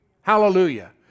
Hallelujah